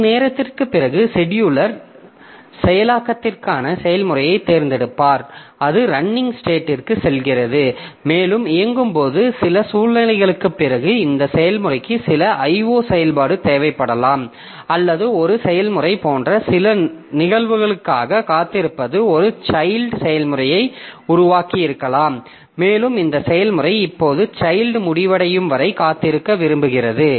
சிறிது நேரத்திற்குப் பிறகு செடியூலர் செயலாக்கத்திற்கான செயல்முறையைத் தேர்ந்தெடுப்பார் அது ரன்னிங் ஸ்டேட்டிற்கு செல்கிறது மேலும் இயங்கும் போது சில சூழ்நிலைகளுக்குப் பிறகு இந்த செயல்முறைக்கு சில IO செயல்பாடு தேவைப்படலாம் அல்லது ஒரு செயல்முறை போன்ற சில நிகழ்வுகளுக்காகக் காத்திருப்பது ஒரு சைல்ட் செயல்முறையை உருவாக்கியிருக்கலாம் மேலும் இந்த செயல்முறை இப்போது சைல்ட் முடிவடையும் வரை காத்திருக்க விரும்புகிறது